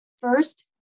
First